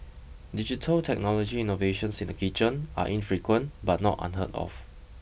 digital technology innovations in the kitchen are infrequent but not unheard of